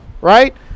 right